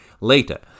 later